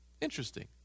Interesting